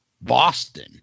Boston